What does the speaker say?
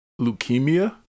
leukemia